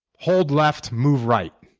hold left, move right.